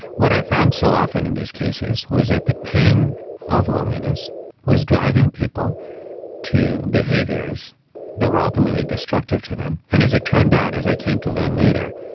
what i found so often in these cases was that the pain of loneliness was driving people to behaviors that were ultimately destructive to them. and as it turned out, as i came to learn later,